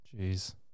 Jeez